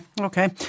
Okay